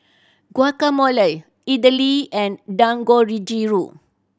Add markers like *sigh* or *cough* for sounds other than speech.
Guacamole Idili and *unintelligible*